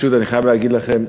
פשוט אני חייב להגיד לכם: